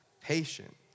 patient